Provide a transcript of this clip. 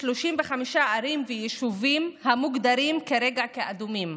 כ-35 ערים ויישובים המוגדרים כרגע כאדומים.